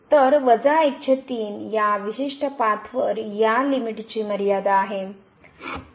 तर या विशिष्ट पाथवर या लिमिटची मर्यादा आहे